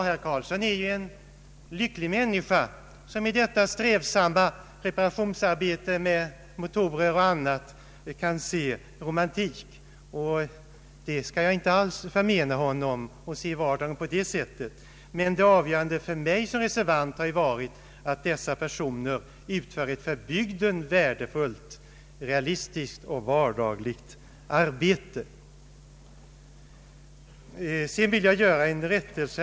Herr Karlsson är en lycklig människa som i dessa strävsamma reparationsarbeten med motorer och annat kan se romantik. Jag skall inte alls förmena honom att se vardagen på det sättet. Men det avgörande för mig som reservant har varit att dessa personer utför ett för bygden värdefullt, realistiskt och vardagligt arbete. Sedan vill jag göra en rättelse.